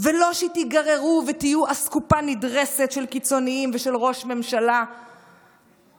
ולא תיגררו ותהיו אסקופה נדרסת של קיצונים ושל ראש ממשלה חלש.